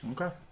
Okay